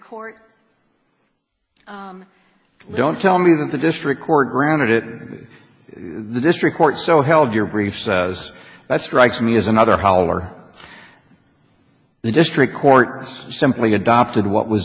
court don't tell me that the district court granted it to the district court so held your brief says that strikes me as another holler the district court simply adopted what was